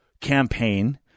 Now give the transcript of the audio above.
campaign